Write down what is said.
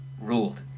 ruled